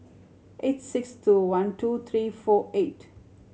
eight six two one two three four eight